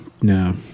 no